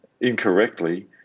incorrectly